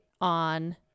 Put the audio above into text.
on